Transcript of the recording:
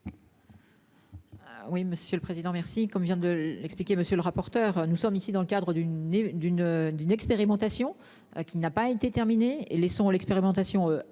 Oui, monsieur le président. Merci, comme vient de l'expliquer monsieur le rapporteur. Nous sommes ici dans le cadre d'une d'une d'une expérimentation qui n'a pas été terminé et laissons l'expérimentation